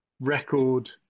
record